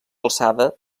alçada